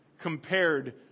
compared